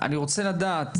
אני רוצה לדעת,